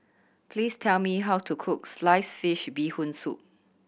please tell me how to cook sliced fish Bee Hoon Soup